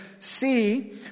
See